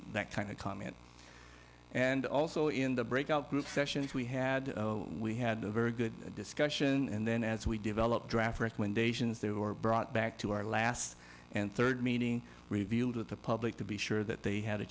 that kind of comment and also in the breakout group sessions we had we had a very good discussion and then as we develop draft recommendations there were brought back to our last and third meeting revealed with the public to be sure that they had a